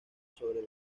sobre